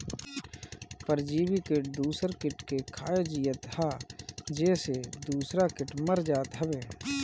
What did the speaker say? परजीवी किट दूसर किट के खाके जियत हअ जेसे दूसरा किट मर जात हवे